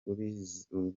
ubimazemo